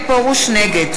נגד